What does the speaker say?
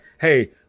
hey